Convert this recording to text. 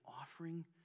offering